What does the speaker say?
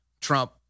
Trump